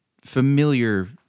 familiar